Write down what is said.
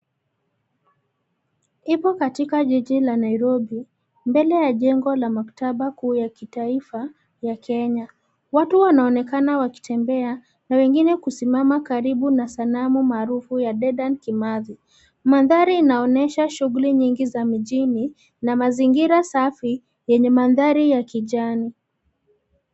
Ipo katika jiji la Nairobi; mbele ya jengo la Maktaba Kuu ya Kitaifa ya Kenya. Watu wanaonekana wakitembea na wengine kusimama karibu na sanamu maarufu ya Dedan Kimathi. Mandhari inaonyesha shughuli nyingi za mjini na mazingira safi, yenye mandhari ya kijani.